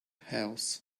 health